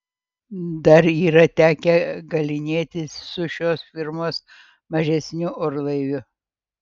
dar yra tekę galynėtis su šios firmos mažesniu orlaiviu